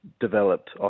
developed